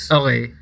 okay